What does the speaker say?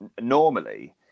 normally